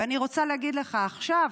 ואני רוצה להגיד לך: עכשיו,